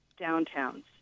downtowns